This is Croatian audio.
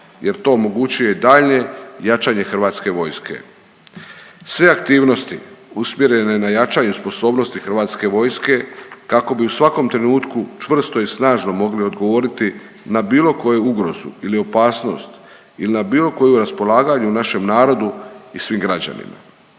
jer to omogućuje daljnje jačanje hrvatske vojske. Sve aktivnosti usmjerene na jačanje sposobnosti hrvatske vojske kako bi u svakom trenutku čvrsto i snažno mogli odgovoriti na bilo koju ugrozu ili opasnost ili na bilo koju raspolaganju našem narodu i svim građanima.